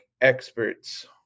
experts